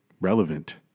relevant